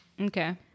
Okay